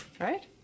right